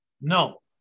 No